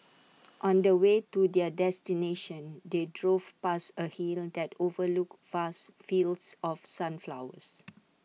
on the way to their destination they drove past A hill that overlooked vast fields of sunflowers